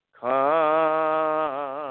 come